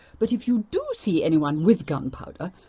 but if you do see anyone with gunpowder,